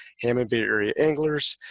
hammond bay area anglers,